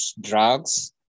drugs